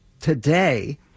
today